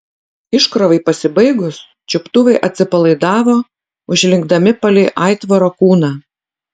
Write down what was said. iškrovai pasibaigus čiuptuvai atsipalaidavo užlinkdami palei aitvaro kūną